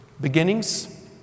Beginnings